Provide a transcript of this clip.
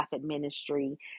ministry